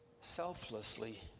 selflessly